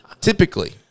Typically